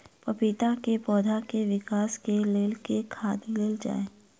पपीता केँ पौधा केँ विकास केँ लेल केँ खाद देल जाए?